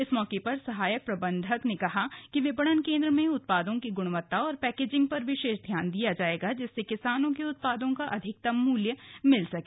इस मौके पर सहायक प्रबंधक ने कहा कि विपणन केंद्र में उत्पादों की गुणवत्ता और पैकेजिंग पर विशेष ध्यान दिया जाएगा जिससे किसानों के उत्पादों का अधिकतम मूल्य मिल सके